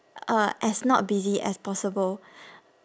uh as not busy as possible